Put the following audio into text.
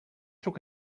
took